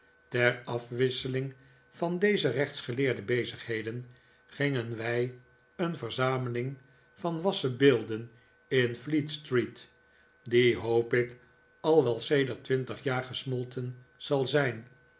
ter afwisseling van deze rechtsgeleerde bezigheden gingen wij een verzameling van wassenbeelden in fleet street die hoop ik al wel sedert twintig jaar gesmolten zal zijn